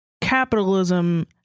capitalism